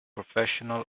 professional